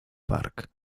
park